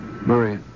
Murray